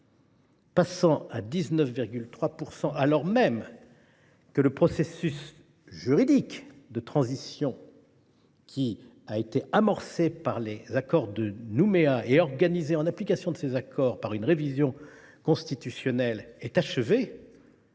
initiale. Alors même que le processus juridique de transition qui a été amorcé par l’accord de Nouméa et organisé en application de cet accord par une révision constitutionnelle est achevé,